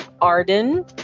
Arden